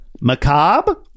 Macabre